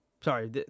sorry